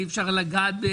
אי אפשר לגעת.